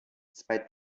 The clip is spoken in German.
zwei